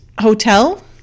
hotel